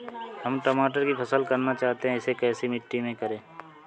हम टमाटर की फसल करना चाहते हैं इसे कैसी मिट्टी में करें?